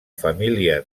família